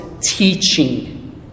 teaching